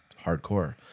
hardcore